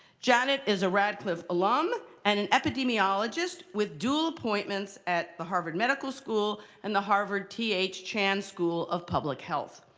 janet is a radcliffe alum and an epidemiologist with dual appointments at the harvard medical school and the harvard t h. chan school of public health.